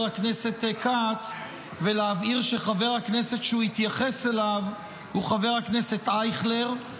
הכנסת כץ ולהבהיר שחבר הכנסת שהוא התייחס אליו הוא חבר הכנסת אייכלר,